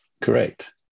correct